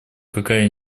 какая